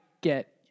get